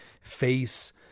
face